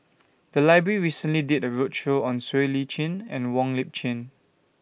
The Library recently did A roadshow on Siow Lee Chin and Wong Lip Chin